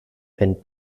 wenn